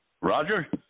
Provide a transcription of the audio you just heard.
Roger